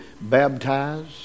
baptize